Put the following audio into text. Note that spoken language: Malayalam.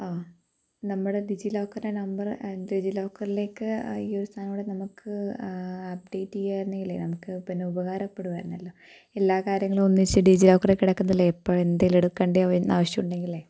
ആ നമ്മുടെ ഡിജി ലോക്കറിൻ്റെ നമ്പർ ഡിജി ലോക്കറിലേക്ക് ഈയൊരു സാധനം കൂടെ നമുക്ക് അപ്ഡേറ്റെയ്യായിരുന്നെങ്കിലേ നമുക്കു പിന്നെ ഉപകാരപ്പെടുമായിരുന്നല്ലോ എല്ലാ കാര്യങ്ങളും ഒന്നിച്ച് ഡിജി ലോക്കറിൽ കിടക്കുന്നതല്ലേ എപ്പോഴും എന്തേലും എടുക്കേണ്ടി വന്നാല് ആവശ്യമുണ്ടെങ്കിലേ